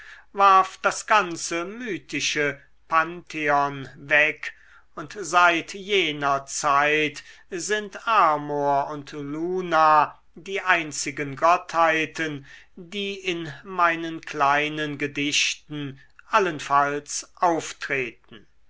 warf das ganze mythische pantheon weg und seit jener zeit sind amor und luna die einzigen gottheiten die in meinen kleinen gedichten allenfalls auftreten